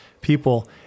people